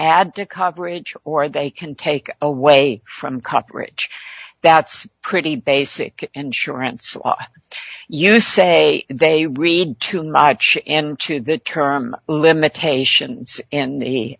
add to coverage or they can take away from coverage that's pretty basic insurance you say they read too much into the term limitations in the